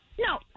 No